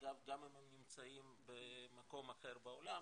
אגב גם אם הם נמצאים במקום אחר בעולם,